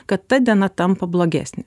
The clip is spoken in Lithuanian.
kad ta diena tampa blogesnė